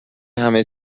همه